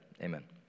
Amen